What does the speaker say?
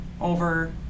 over